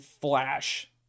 flash